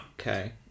Okay